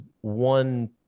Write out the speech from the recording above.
one